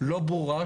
לא ברורה,